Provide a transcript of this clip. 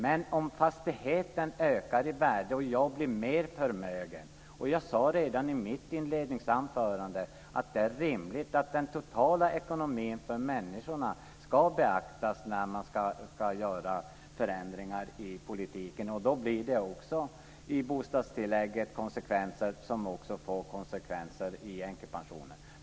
Men om fastigheten ökar i värde och man blir mer förmögen så sade jag redan i mitt inledningsanförande att det då är rimligt att den totala ekonomin för människorna ska beaktas när det ska göras förändringar i politiken, och då blir det också konsekvenser i bostadstillägget, vilket också ger konsekvenser för änkepensionen.